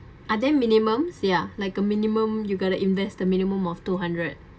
are there minimums ya like a minimum you got to invest a minimum of two hundred